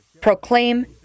proclaim